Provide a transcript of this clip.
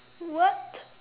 what